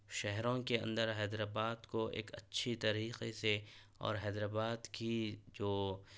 شہروں کے اندر حیدرآباد کو ایک اچھی طریقے سے اور حیدرآباد کی جو